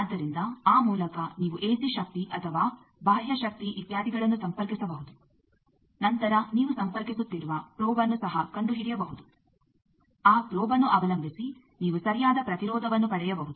ಆದ್ದರಿಂದ ಆ ಮೂಲಕ ನೀವು ಎಸಿ ಶಕ್ತಿ ಅಥವಾ ಬಾಹ್ಯ ಶಕ್ತಿ ಇತ್ಯಾದಿಗಳನ್ನು ಸಂಪರ್ಕಿಸಬಹುದು ನಂತರ ನೀವು ಸಂಪರ್ಕಿಸುತ್ತಿರುವ ಪ್ರೋಬ್ಅನ್ನು ಸಹ ಕಂಡುಹಿಡಿಯಬಹುದು ಆ ಪ್ರೋಬ್ಅನ್ನು ಅವಲಂಬಿಸಿ ನೀವು ಸರಿಯಾದ ಪ್ರತಿರೋಧವನ್ನು ಪಡೆಯಬಹುದು